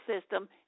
system